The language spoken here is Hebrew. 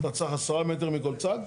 אתה צריך 10 מטר מכל צד?